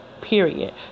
period